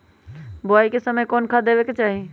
बोआई के समय कौन खाद देवे के चाही?